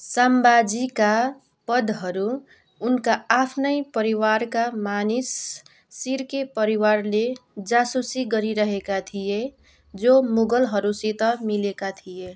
साम्बाजीका पदहरू उनका आफ्नै परिवारका मानिस सिर्के परिवारले जासुसी गरिरहेका थिए जो मुगलहरूसित मिलेका थिए